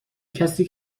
کسی